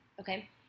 Okay